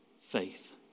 faith